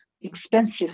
expensive